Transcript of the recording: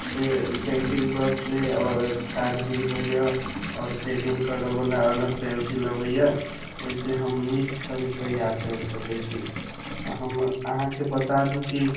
से painting brush से आओर कागजी होइया आओर शेडिंग करऽ वाला अलग पेंसिल अबैया ओहिसे हम नीक छवि तैयार करि सकै छी आ हम अहाँके बता दू कि